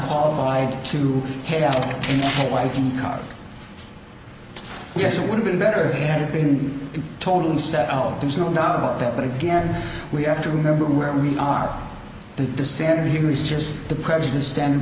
qualified to have what i think yes it would have been better had it been totally set out there's no doubt about that but again we have to remember where we are the standard here is just the prejudice standard